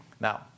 Now